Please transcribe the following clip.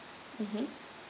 mmhmm